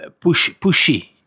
pushy